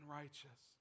righteous